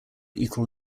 equal